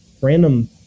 random